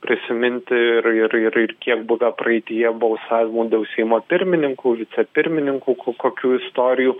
prisiminti ir ir ir ir kiek buvę praeityje balsavimų dėl seimo pirmininkų vicepirmininkų ku kokių istorijų